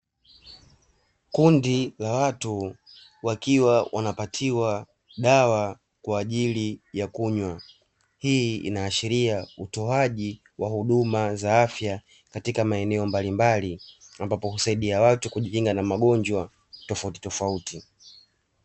Kundi la watu wakiwa wanapatiwa dawa kwa ajili ya kunywa, hii inaashiria utoaji wa huduma za afya katika maeneo mbalimbali, ambapo husaidia watu kujikinga na magonjwa tofauti tofauti.